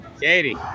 Katie